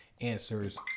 answers